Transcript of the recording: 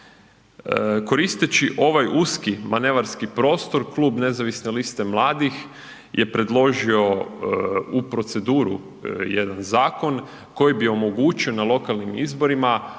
Koristeći ovaj uski manevarski prostor, Klub nezavisne liste mladih je predložio u proceduru jedan zakon koji bi omogućio na lokalnim izborima